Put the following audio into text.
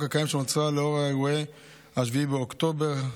הקיים שנוצרה לנוכח אירועי 7 באוקטובר.